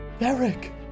Eric